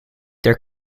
their